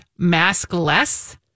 maskless